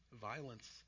violence